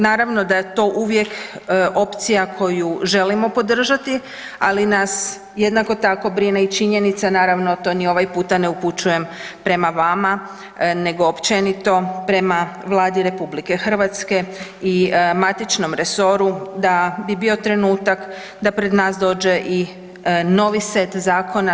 Naravno da je to uvijek opcija koju želimo podržati, ali nas jednako tako brine i činjenica naravno to ni ovaj puta ne upućujem prema vama nego općenito prema Vladi RH i matičnom resoru da bi bio trenutak da pred nas dođe i novi set zakona.